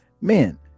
men